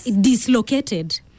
dislocated